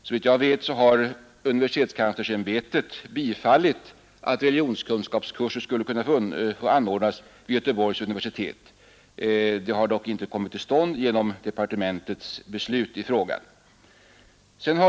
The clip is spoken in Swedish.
Såvitt jag vet har universitetskanslersämbetet tillstyrkt att religionskunskapskurser skulle kunna få anordnas vid Göteborgs universitet. Detta har dock inte kommit till ständ genom departementets beslut i frågan.